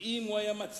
כי אם הוא היה מצליח,